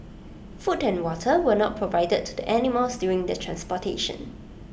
food and water were not provided to the animals during the transportation